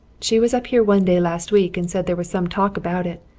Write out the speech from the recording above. she was up here one day last week and said there was some talk about it.